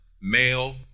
male